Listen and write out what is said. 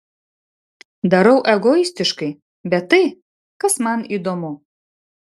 darau egoistiškai bet tai kas man įdomu